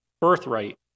birthright